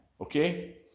Okay